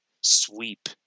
sweep